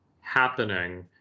happening